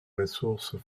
ressources